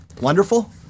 Wonderful